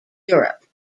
europe